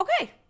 Okay